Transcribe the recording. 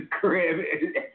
crib